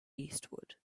eastward